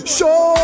Show